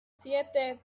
siete